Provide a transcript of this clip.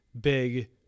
big